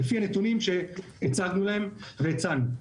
לפי הנתונים שהצגנו להם והצענו.